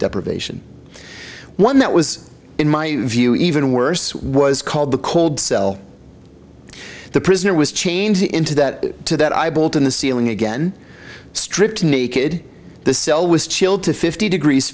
deprivation one that was in my view even worse was called the cold cell the prisoner was changed into that to that i built in the ceiling again stripped naked the cell was chilled to fifty degrees